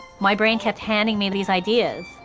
my brain kept handing me these ideas.